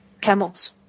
camels